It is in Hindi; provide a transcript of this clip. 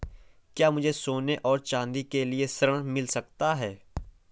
क्या मुझे सोने और चाँदी के लिए ऋण मिल सकता है?